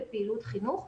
בפעילות חינוך.